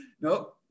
no